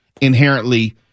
inherently